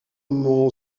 mon